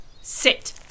Sit